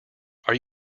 are